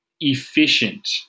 efficient